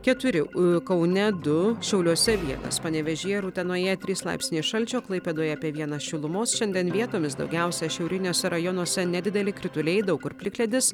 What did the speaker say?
keturi kaune du šiauliuose vienas panevėžyje utenoje trys laipsniai šalčio klaipėdoje apie vieną šilumos šiandien vietomis daugiausiai šiauriniuose rajonuose nedideli krituliai daug kur plikledis